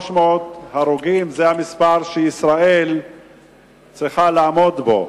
300 הרוגים זה המספר שישראל צריכה לעמוד בו.